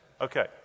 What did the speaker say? Okay